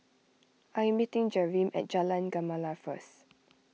I am meeting Jereme at Jalan Gemala first